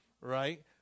right